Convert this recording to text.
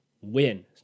win